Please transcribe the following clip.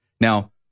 Now